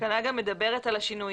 התקנה גם מדברת על השינויים.